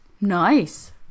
nice